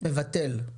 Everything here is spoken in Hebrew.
למה?